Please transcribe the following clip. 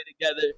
together